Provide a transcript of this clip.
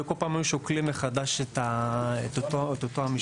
וכל פעם היו שוקלים את מחדש את אותו המשקל.